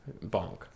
Bonk